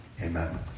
Amen